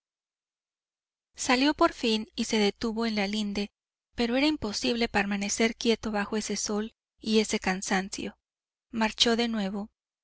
salió por fin y se detuvo en la linde pero era imposible permanecer quieto bajo ese sol y ese cansancio marchó de nuevo